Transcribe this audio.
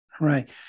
Right